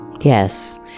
Yes